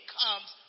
comes